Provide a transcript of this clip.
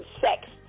sex